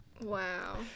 Wow